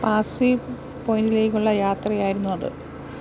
പാർസി പോയിന്റിലേക്കുള്ള യാത്രയായിരുന്നു അത്